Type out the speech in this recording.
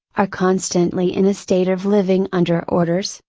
are constantly in a state of living under orders,